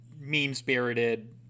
mean-spirited